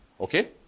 Okay